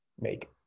make